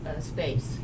space